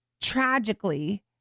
tragically